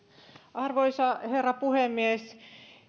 arvoisa herra puhemies